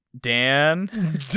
Dan